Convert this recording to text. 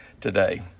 today